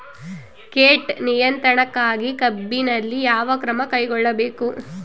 ಕೇಟ ನಿಯಂತ್ರಣಕ್ಕಾಗಿ ಕಬ್ಬಿನಲ್ಲಿ ಯಾವ ಕ್ರಮ ಕೈಗೊಳ್ಳಬೇಕು?